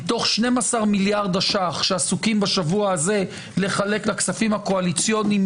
מתוך 12 מיליארדי השקלים שעסוקים בשבוע הזה לחלק לכספים הקואליציוניים,